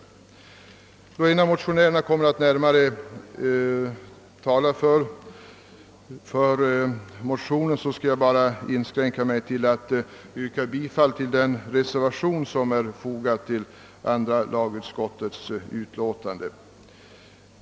Eftersom en av motionärerna senare kommer att tala utförligare för motionerna skall jag nu bara inskränka mig till att yrka bifall till den reservation som fogats till utskottets utlåtande.